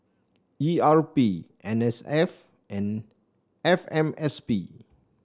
E R P N S F and F M S P